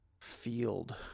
field